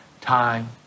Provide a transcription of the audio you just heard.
time